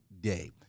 day